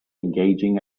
engaging